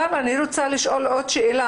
אבל אני רוצה לשאול עוד שאלה,